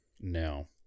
No